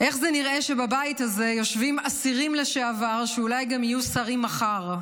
איך זה נראה שבבית הזה יושבים אסירים לשעבר שאולי גם יהיו שרים מחר?